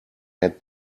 had